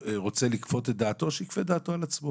גם אם יש מיעוט שרוצה לכפות את דעתו שיכפה את דעתו על עצמו,